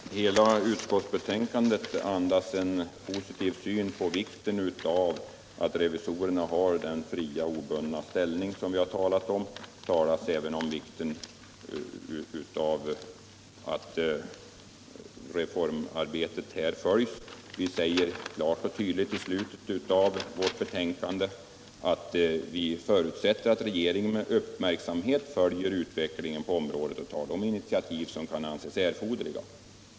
Herr talman! Hela utskottsbetänkandet andas en positiv inställning till vikten av att revisorerna har den fria och obundna ställning som vi talat om. I betänkandet talas det även om vikten av att reformarbetet följs. Vi säger klart och tydligt i slutet av betänkandet att utskottet ”förutsätter att regeringen med uppmärksamhet följer utvecklingen på området och tar de initiativ som kan visa sig erforderliga”.